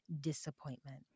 disappointment